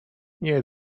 nie